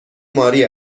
ماری